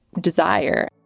desire